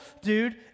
dude